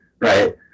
right